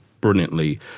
brilliantly